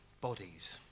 bodies